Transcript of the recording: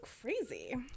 crazy